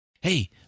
hey